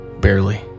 barely